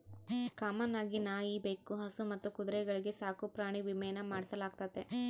common ಆಗಿ ನಾಯಿ, ಬೆಕ್ಕು, ಹಸು ಮತ್ತು ಕುದುರೆಗಳ್ಗೆ ಸಾಕುಪ್ರಾಣಿ ವಿಮೇನ ಮಾಡಿಸಲಾಗ್ತತೆ